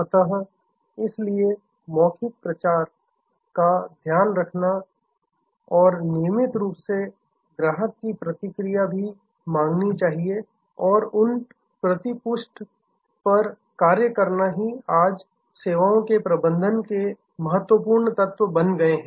अतः इसलिए मौखिक प्रचार word of mouth word of mouth का ध्यान रखना रखना और नियमित रूप से ग्राहक की प्रतिक्रिया भी मांगनी चाहिए और उन प्रतिपुष्टि फीडबैक पर कार्य करना ही आज सेवाओं के प्रबंधन के महत्वपूर्ण तत्व बन गए हैं